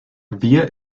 via